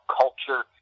culture